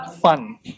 fun